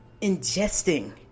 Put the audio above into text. ingesting